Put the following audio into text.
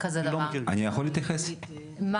מתי להערכתך